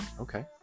Okay